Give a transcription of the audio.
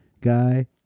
guy